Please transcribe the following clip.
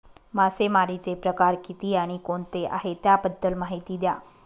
मासेमारी चे प्रकार किती आणि कोणते आहे त्याबद्दल महिती द्या?